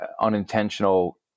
unintentional